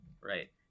right